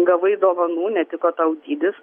gavai dovanų netiko tau dydis